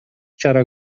чара